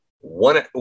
One